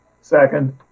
Second